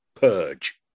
purge